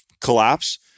collapse